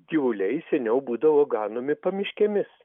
gyvuliai seniau būdavo gaunami pamiškėmis